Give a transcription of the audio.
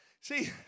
See